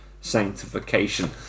sanctification